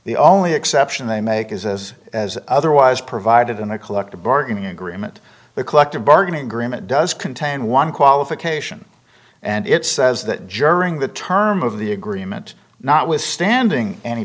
the only exception they make is as as otherwise provided in a collective bargaining agreement the collective bargaining agreement does contain one qualification and it says that jaring the terms of the agreement notwithstanding any